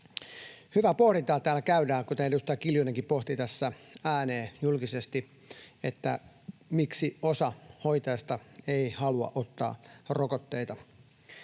Hyvää pohdintaa täällä käydään, kuten edustaja Kiljunenkin pohti tässä ääneen julkisesti, miksi osa hoitajista ei halua ottaa rokotteita.